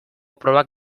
probak